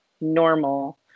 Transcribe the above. normal